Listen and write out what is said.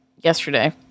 yesterday